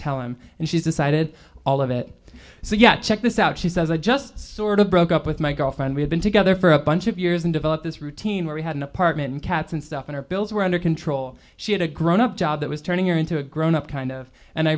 tell him and she's decided all of it so yet check this out she says i just sort of broke up with my girlfriend we have been together for a bunch of years and developed this routine where we had an apartment and cats and stuff and her bills were under control she had a grown up job that was turning her into a grown up kind of and i